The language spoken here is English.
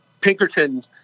Pinkerton